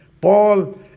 Paul